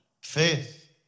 Faith